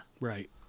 Right